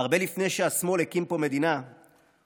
הרבה לפני שהשמאל הקים פה מדינה הונחו